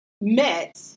met